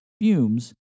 fumes